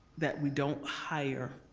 that we don't hire